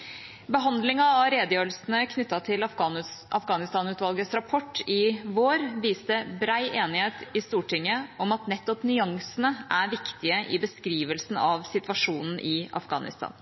av redegjørelsene knyttet til Afghanistan-utvalgets rapport i vår viste bred enighet i Stortinget om at nettopp nyansene er viktige i beskrivelsen av situasjonen i Afghanistan.